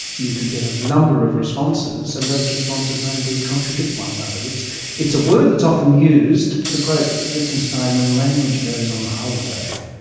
you could get a number of responses, and those responses may indeed contradict one another. it's it's a word that's often used, to quote wittgenstein, when language goes on holiday,